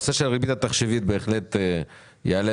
הנושא של הריבית התחשיבית בהחלט יעלה